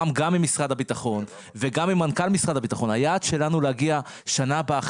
משרד הביטחון וגם עם מנכ"ל משרד הביטחון להגיע בשנה הבאה,